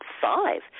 five